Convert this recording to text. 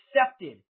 accepted